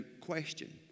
question